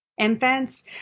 infants